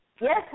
Yes